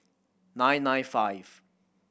nine nine five